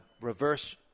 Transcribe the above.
reverse